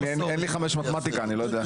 אין לי 5 מתמטיקה, אני לא יודע.